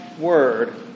word